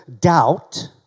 doubt